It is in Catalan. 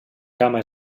cama